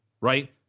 right